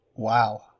wow